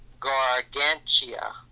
Gargantia